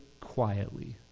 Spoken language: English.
quietly